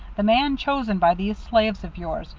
the man chosen by these slaves of yours,